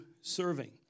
serving